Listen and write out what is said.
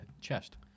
chest